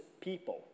people